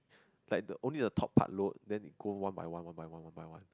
like the only the top part load then it go one by one one by one one by one